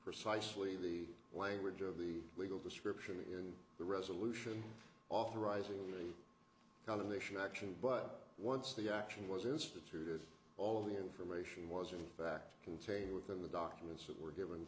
precisely the language of the legal description in the resolution authorizing only condemnation action but once the action was instituted all of the information was in fact contained within the documents that were given